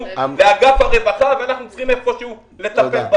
לאגף הרווחה ואנחנו צריכים לטפל בהן.